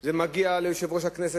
זה מגיע ליושב-ראש הכנסת,